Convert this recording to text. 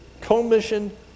commission